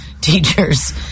teachers